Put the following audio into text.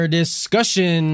discussion